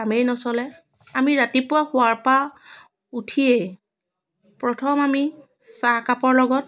কামেই নচলে আমি ৰাতিপুৱা শোৱাৰ পৰা উঠিয়েই প্ৰথম আমি চাহ কাপৰ লগত